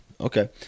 Okay